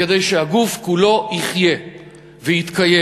כדי שהגוף כולו יחיה ויתקיים.